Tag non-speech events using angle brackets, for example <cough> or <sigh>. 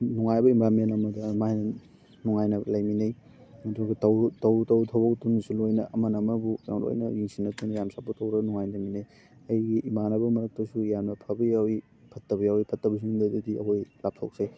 ꯅꯨꯡꯉꯥꯏꯕ ꯏꯟꯕꯥꯏꯔꯣꯟꯃꯦꯟ ꯑꯃꯗ ꯑꯗꯨꯃꯥꯏꯅ ꯅꯨꯡꯉꯥꯏꯅ ꯂꯩꯃꯤꯟꯅꯩ ꯑꯗꯨꯒ ꯇꯧꯔꯨ ꯇꯧꯔꯨ ꯊꯕꯛꯇꯨꯃꯁꯨ ꯂꯣꯏꯅ ꯑꯃꯅ ꯑꯃꯕꯨ <unintelligible> ꯂꯣꯏꯅ ꯌꯦꯡꯁꯤꯟꯅꯗꯨꯅ ꯌꯥꯝ ꯁꯄꯣꯔꯠ ꯇꯧꯔꯒ ꯅꯨꯡꯉꯥꯏꯅ ꯂꯩꯃꯤꯟꯅꯩ ꯑꯩꯒꯤ ꯏꯃꯥꯟꯅꯕ ꯃꯔꯛꯇꯁꯨ ꯌꯥꯝꯅ ꯐꯕ ꯌꯥꯎꯋꯤ ꯐꯠꯇꯕ ꯌꯥꯎꯋꯤ ꯐꯠꯇꯕ ꯁꯤꯡꯗꯒꯤꯗꯤ ꯑꯩꯈꯣꯏ ꯂꯥꯞꯊꯣꯛꯆꯩ